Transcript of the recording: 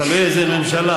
תלוי איזו ממשלה.